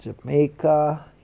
jamaica